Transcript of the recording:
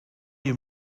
you